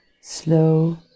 slow